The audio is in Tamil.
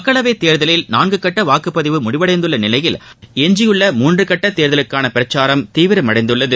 மக்களவைத் தேர்தலில் நான்கு கட்ட வாக்குப் பதிவு முடிவடைந்துள்ள நிலையில் எஞ்சியுள்ள மூன்று கட்ட தேர்தலுக்கான பிரச்சாரம் தீவிரமடைந்துள்ளது